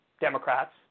Democrats